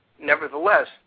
Nevertheless